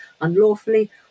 unlawfully